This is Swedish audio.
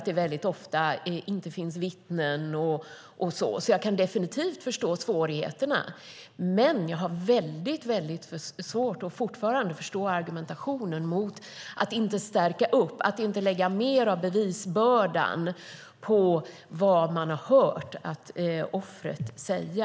Det finns ofta inte vittnen och så vidare, så jag kan definitivt förstå svårigheterna, men jag har väldigt svårt att förstå argumentationen mot att inte stärka upp och lägga mer av bevisbördan på vad man har hört offret säga.